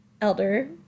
elder